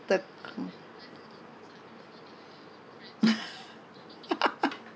the